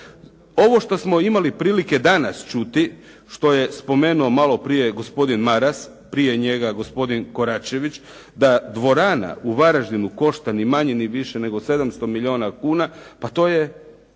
Ovo što smo imali prilike danas čuti, što je spomenuo malo prije gospodin Maras, prije njega gospodin Koračević, da dvorana u Varaždinu košta ni manje ni više nego 700 milijuna kuna, pa to je